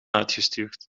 uitgestuurd